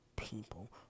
people